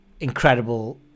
incredible